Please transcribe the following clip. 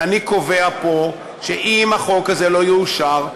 ואני קובע פה שאם החוק הזה לא יאושר,